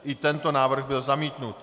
I tento návrh byl zamítnut.